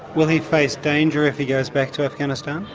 will he face danger if he goes back to afghanistan?